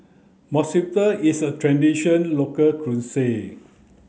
monsunabe is a traditional local cuisine